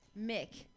Mick